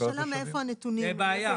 השאלה היא מאיפה הנתונים יילקחו.